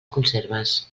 conserves